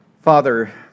Father